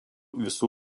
visų